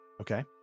Okay